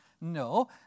No